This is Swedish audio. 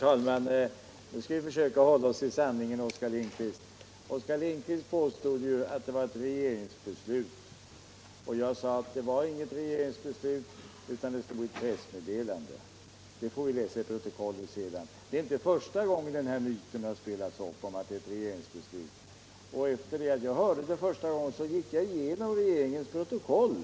Herr talman! Nu skall vi försöka hålla oss till sanningen, Oskar Lindkvist! Oskar Lindkvist påstod ju att det var fråga om ett regeringsbeslut. Jag sade att det inte gällde något regeringsbeslut utan något som stod i ett pressmeddelande. Detta kommer att framgå av riksdagens protokoll. Det är inte första gången som myten om att det var fråga om ett regeringsbeslut har förts fram. Efter det att jag första gången fick höra talas om detta gick jag igenom regeringens protokoll